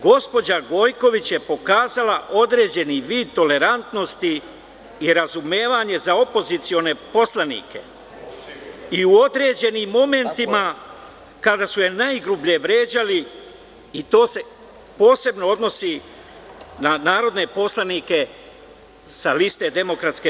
Gospođa Gojković je pokazala određen vid tolerantnosti i razumevanje za opozicione poslanike i u određenim momentima kada su je najgrublje vređali, i to se posebno odnosi na narodne poslanike sa liste DS.